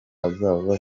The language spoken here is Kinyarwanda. azava